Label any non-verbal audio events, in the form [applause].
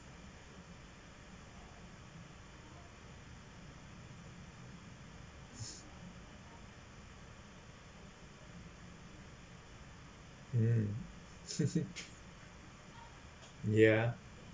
[noise] hmm [laughs] ya